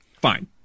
Fine